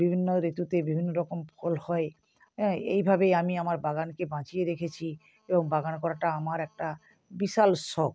বিভিন্ন ঋতুতে বিভিন্ন রকম ফল হয় হ্যাঁ এইভাবেই আমি আমার বাগানকে বাঁচিয়ে রেখেছি এবং বাগান করাটা আমার একটা বিশাল শখ